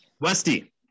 Westy